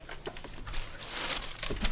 ננעלה בשעה 12:40.